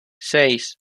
seis